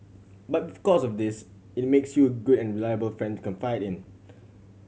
but because of this it makes you a good and reliable friend to confide in